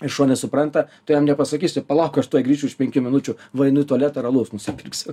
ir šuo nesupranta tu jam nepasakysi palauk aš tuoj grįšiu už penkių minučių va einu į tualetą ar alaus nusipirksiu